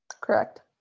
Correct